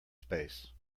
space